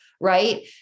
right